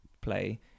play